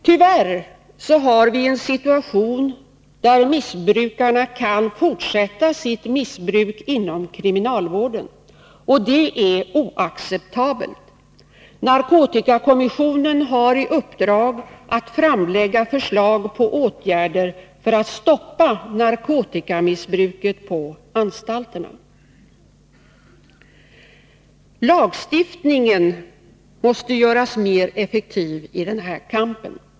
Tyvärr har vi en situation där missbrukare kan fortsätta sitt missbruk inom kriminalvården. Detta är oacceptabelt. Narkotikakommissionen har i uppdrag att framlägga förslag på åtgärder för att stoppa narkotikamissbruket på anstalterna. Lagstiftningen måste göras mer effektiv i den här kampen.